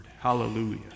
Hallelujah